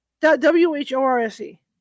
W-H-O-R-S-E